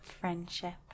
friendship